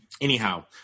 Anyhow